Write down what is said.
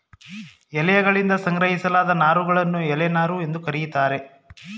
ಎಲೆಯಗಳಿಂದ ಸಂಗ್ರಹಿಸಲಾದ ನಾರುಗಳನ್ನು ಎಲೆ ನಾರು ಎಂದು ಕರೀತಾರೆ